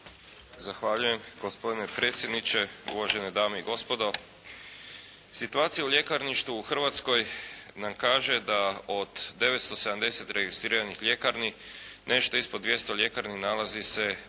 Zahvaljujem gospodine predsjedniče, uvažene dame i gospodo. Situacija u ljekarništvu u Hrvatskoj nam kaže da od 970 registriranih ljekarni, nešto ispod 200 ljekarni nalazi se u